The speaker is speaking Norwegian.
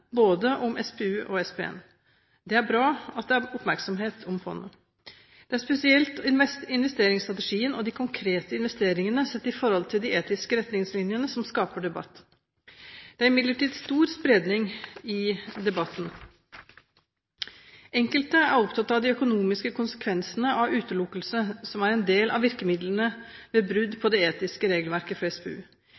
både om SPU og om SPN. Det er bra at det er oppmerksomhet om fondet. Det er spesielt investeringsstrategien og de konkrete investeringene sett i forhold til de etiske retningslinjene som skaper debatt. Det er imidlertid stor spredning i debatten. Enkelte er opptatt av de økonomiske konsekvensene av utelukkelse, som er en del av virkemidlene ved brudd på